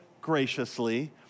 graciously